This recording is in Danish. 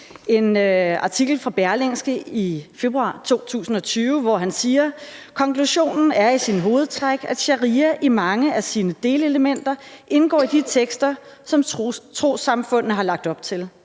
en artikel i Berlingske i februar 2020, hvor han siger: »Konklusionen er i sine hovedtræk, at sharia i mange af sine delelementer indgår i de tekster, som trossamfundene har lagt op til.